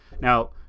Now